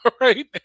right